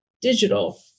digital